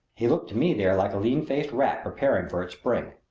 he looked to me there like a lean-faced rat preparing for its spring.